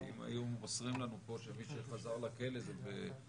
כי אם היו מוסרים לנו פה שמי שחזר לכלא זה בשיעורים